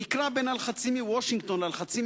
נקרע בין הלחצים מוושינגטון ללחצים